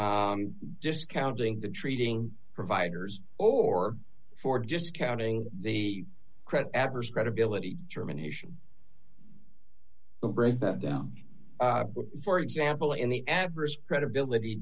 discounting the treating providers or for discounting the credit adverse credibility determination to break that down for example in the adverse credibility